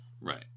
Right